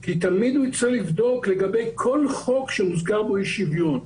כי תמיד הוא יצטרך לבדוק לגבי כל חוק שמוזכר בו אי שוויון.